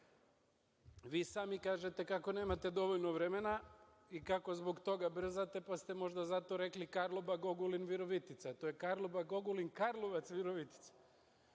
Vi sami kažete kako nemate dovoljno vremena i kako zbog toga brzate, pa ste možda zato rekli Karlobagog-Ogulin- Virovitica, a to je Karlobag-Ogulin-Karlovac-Virovitica.